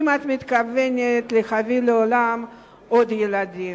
האם את מתכוונת להביא לעולם עוד ילדים?